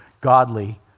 Godly